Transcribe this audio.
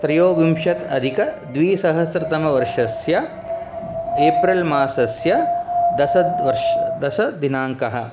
त्रयोविंशति अधिकद्विसहस्रतमवर्षस्य एप्रिल्मासस्य दश द्वर्ष् दशमदिनाङ्कः